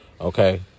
Okay